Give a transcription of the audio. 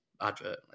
advert